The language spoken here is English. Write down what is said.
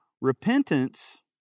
repentance